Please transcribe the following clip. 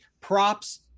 props